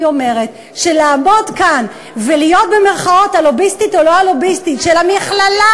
אני אומרת שלעמוד כאן ולהיות ה"לוביסטית" או לא ה"לוביסטית" של המכללה,